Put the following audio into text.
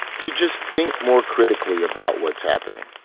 to just think more critically about what's happening.